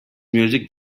music